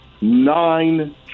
nine